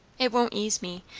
it wont ease me.